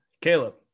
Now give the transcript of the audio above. Caleb